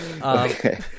okay